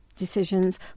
decisions